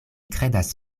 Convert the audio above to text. kredas